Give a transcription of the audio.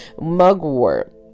mugwort